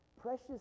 precious